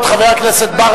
ייתכן מאוד, חבר הכנסת ברכה,